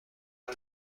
کرد